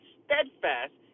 steadfast